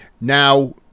now